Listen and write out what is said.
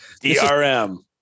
DRM